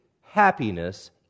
happiness